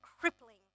crippling